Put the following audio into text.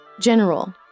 General